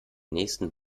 nächsten